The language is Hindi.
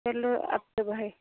चलो आपको भाई